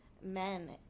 men